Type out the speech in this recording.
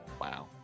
WoW